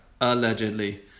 Allegedly